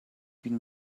been